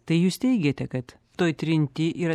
tai jūs teigiate kad toj trinty yra